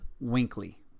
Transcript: Winkley